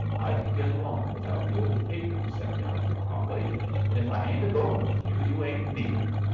i can get along without the old paper, said gallegher, hotly. and if i ain't a-going with you, you ain't neither,